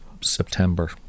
September